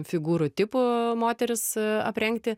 figūrų tipų moteris aprengti